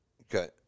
Okay